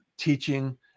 teaching